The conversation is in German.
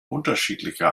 unterschiedlicher